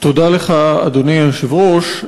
תודה לך, אדוני היושב-ראש.